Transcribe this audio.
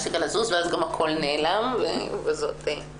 המועדים --- הקשר ניתק.